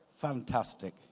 Fantastic